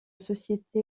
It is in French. société